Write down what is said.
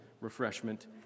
refreshment